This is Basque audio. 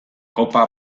kopa